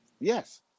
Yes